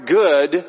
good